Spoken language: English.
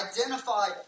Identified